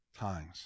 times